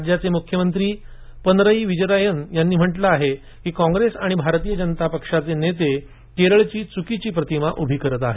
राज्याचे मुख्यमंत्री पिनरई विजयनयांनी म्हटलं आहे की कांग्रेसऔर भारतीय जनता पक्षाचे नेते केरळची चुकीची प्रतिमा उभी करत आहेत